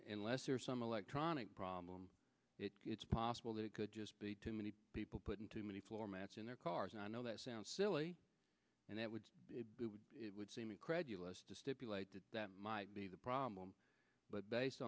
unless there's some electronic problem it's possible that it could just be too many people putting too many floor mats in their cars and i know that sounds silly and that would it would seem incredulous to stipulate that that might be the problem but based